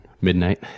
midnight